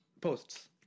posts